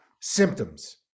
symptoms